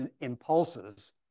impulses